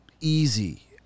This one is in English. easy